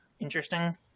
interesting